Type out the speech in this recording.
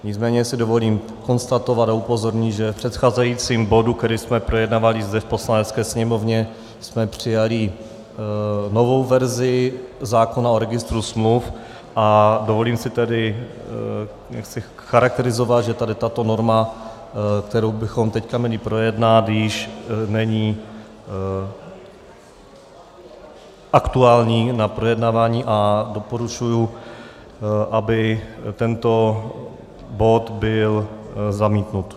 Nicméně si dovolím konstatovat a upozornit, že v předcházejícím bodu, který jsme projednávali zde v Poslanecké sněmovně, jsme přijali novou verzi zákona o registru smluv, a dovolím si tedy charakterizovat, že tady tato norma, kterou bychom teď měli projednat, již není aktuální na projednávání, a doporučuji, aby tento bod byl zamítnut.